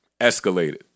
escalated